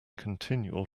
continual